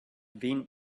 been